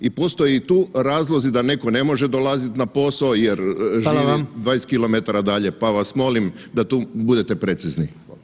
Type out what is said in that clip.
I postoji tu razlozi da neko ne može dolaziti na posao jer živi 20 km dalje, pa vas molim da tu budete precizni.